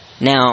Now